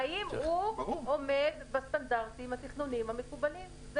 האם הוא עומד בסטנדרטים התכנוניים המקובלים.